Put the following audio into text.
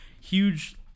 huge